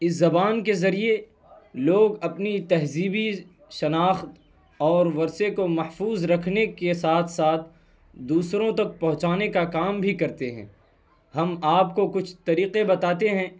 اس زبان کے ذریعے لوگ اپنی تہذیبی شناخت اور ورثے کو محفوظ رکھنے کے ساتھ ساتھ دوسروں تک پہنچانے کا کام بھی کرتے ہیں ہم آپ کو کچھ طریقے بتاتے ہیں